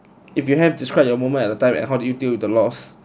if you have described your moment at the time and how did you deal with the loss